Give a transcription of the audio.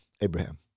Abraham